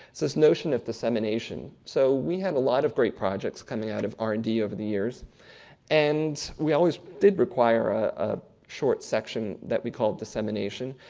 is this notion of dissemination. so we have a lot of great projects coming out of r and d over the years and we always did require ah a short section that we called dissemination.